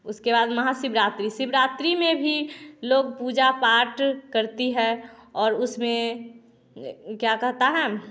उसके बाद महाशिवरात्रि शिवरात्रि में भी लोग पूजा पाठ करती है और उसमें क्या कहता है